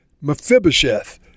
Mephibosheth